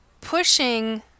pushing